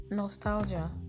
Nostalgia